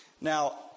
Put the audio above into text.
Now